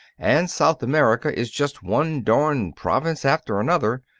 and south america is just one darn province after another.